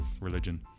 religion